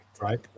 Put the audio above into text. Right